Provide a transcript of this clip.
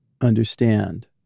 understand